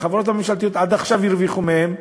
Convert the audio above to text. החברות הממשלתיות עד עכשיו הרוויחו מהם.